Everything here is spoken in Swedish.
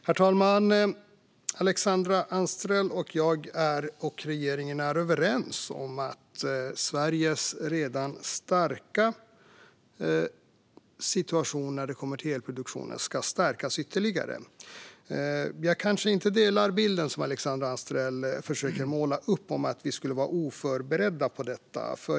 Herr talman! Alexandra Anstrell, jag och regeringen är överens om att Sveriges redan starka situation när det kommer till elproduktion ska stärkas ytterligare. Dock delar jag inte bilden som Alexandra Anstrell försöker måla upp av att vi skulle vara oförberedda.